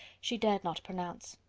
she dared not pronounce.